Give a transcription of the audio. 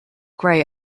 grey